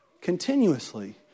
continuously